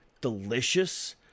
delicious